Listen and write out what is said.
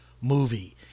movie